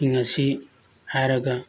ꯁꯤꯡ ꯑꯁꯤ ꯍꯥꯏꯔꯒ